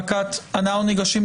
אדוני היושב ראש,